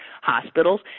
hospitals